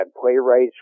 playwrights